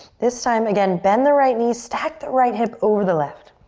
this time, again, bend the right knee, stack the right hip over the left.